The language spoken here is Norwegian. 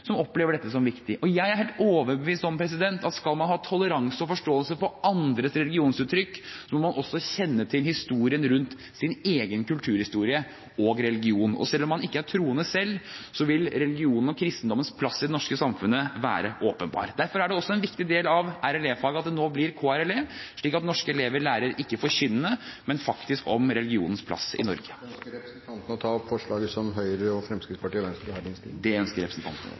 som opplever dette som viktig. Jeg er helt overbevist om at skal man ha toleranse og forståelse for andres religionsuttrykk, må man også kjenne til historien rundt sin egen kulturhistorie og religion. Selv om man ikke selv er troende, vil religionens og kristendommens plass i det norske samfunnet være åpenbar. Derfor er det også en viktig del av RLE-faget at det nå blir KRLE, slik at norske elever lærer – ikke noe forkynnende, men faktisk om religionens plass i Norge. Ønsker representanten å ta opp forslaget som Høyre, Fremskrittspartiet og Venstre har i innstillingen? Det ønsker representanten.